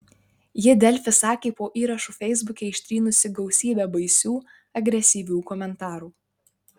ji delfi sakė po įrašu feisbuke ištrynusi gausybę baisių agresyvių komentarų